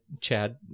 Chad